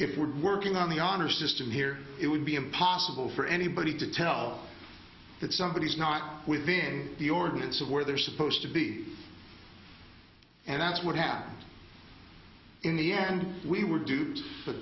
if we're working on the honor system here it would be impossible for anybody to tell that somebody is not within the ordinance of where they're supposed to be and that's what happened in the end we were dupe